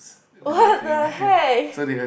what the heck